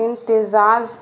انمتزاز